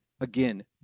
Again